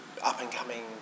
up-and-coming